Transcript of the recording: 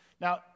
Now